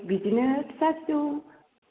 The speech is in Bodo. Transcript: बिदिनो फिसा फिसौ